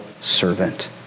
servant